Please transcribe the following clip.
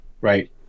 right